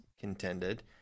contended